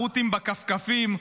החות'ים בכפכפים,